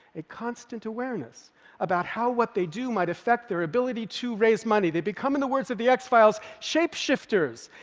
a constant awareness about how what they do might affect their ability to raise money. they become, in the words of the x-files, shape-shifters,